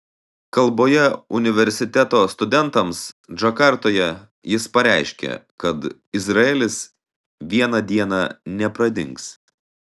kalboje universiteto studentams džakartoje jis pareiškė kad izraelis vieną dieną nepradings